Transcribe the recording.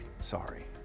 sorry